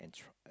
and try